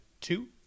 two